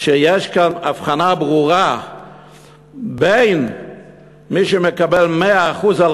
שיש כאן הבחנה ברורה בין מי שמקבל 100% על